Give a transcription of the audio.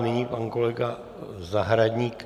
Nyní pan kolega Zahradník.